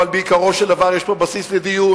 אבל בעיקרו של דבר יש פה בסיס לדיון.